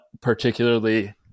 particularly